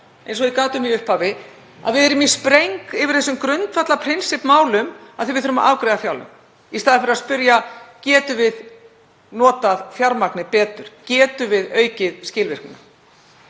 eins og ég gat um í upphafi. Við erum í spreng yfir þessum grundvallarprinsippmálum af því að við þurfum að afgreiða fjárlög. Í staðinn fyrir að spyrja: Getum við notað fjármagnið betur? Getum við aukið skilvirkni